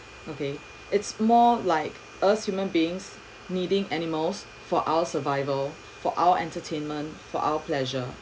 okay it's more like us human beings needing animals for our survival for our entertainment for our pleasure